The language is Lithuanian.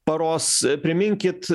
paros priminkit